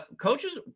Coaches